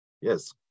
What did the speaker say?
Yes